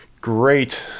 Great